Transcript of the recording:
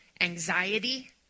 anxiety